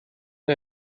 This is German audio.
nur